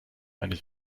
eines